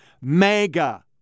Mega